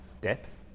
depth